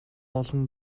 олон